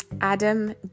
Adam